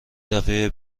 دفعه